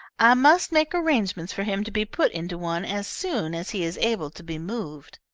i must make arrangements for him to be put into one as soon as he is able to be moved.